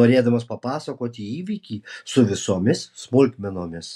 norėdamas papasakoti įvykį su visomis smulkmenomis